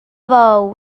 bou